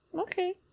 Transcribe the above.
Okay